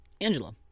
Angela